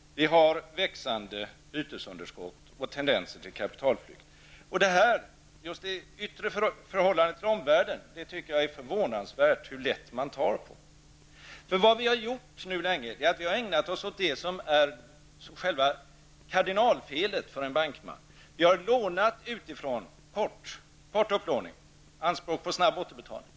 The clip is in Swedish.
Vi har växande bytesunderskott och tendenser till kapitalflykt. Jag tycker att det är förvånansvärt hur lätt man tar på det yttre förhållandet till omvärlden. Vi har länge ägnat oss åt det som är själva kardinalfelet för en bankman. Vi har lånat utifrån genom kort upplåning med anspråk på snabb återbetalning.